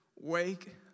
Wake